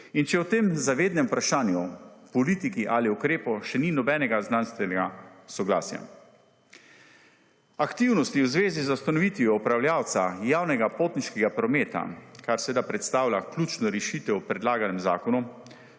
in če o tem zavednem vprašanju, politiki ali ukrepu še ni nobenega znanstvenega soglasja. Aktivnosti v zvezi z ustanovitvijo upravljavca javnega potniškega prometa, kar seveda predstavlja ključno rešitev predlaganim zakonom,